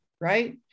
right